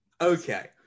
Okay